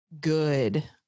good